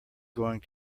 going